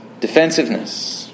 defensiveness